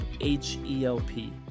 H-E-L-P